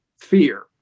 fear